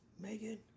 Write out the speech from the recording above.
Megan